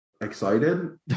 excited